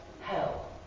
hell